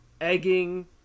egging